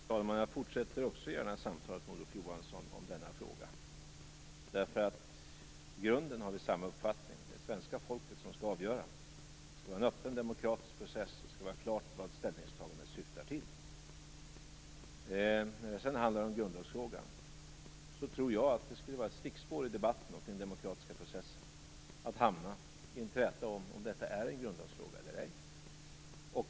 Fru talman! Jag fortsätter också gärna samtalet med Olof Johansson om denna fråga. I grunden har vi samma uppfattning. Det är svenska folket som skall avgöra. Det skall vara en öppen, demokratisk process, och det skall vara klart vad ställningstagandet syftar till. När det sedan handlar om grundlagsfrågan, tror jag att det skulle vara ett stickspår i debatten och den demokratiska processen att hamna i en träta om huruvida detta är en grundlagsfråga eller ej.